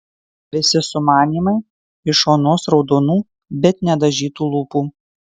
visi sumanymai iš onos raudonų bet nedažytų lūpų